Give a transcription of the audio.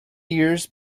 years